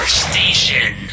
station